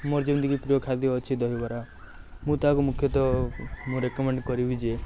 ମୋର ଯେମିତିକି ପ୍ରିୟ ଖାଦ୍ୟ ଅଛି ଦହିବରା ମୁଁ ତାକୁ ମୁଖ୍ୟତଃ ମୁଁ ରେକମେଣ୍ଡ୍ କରିବି ଯେ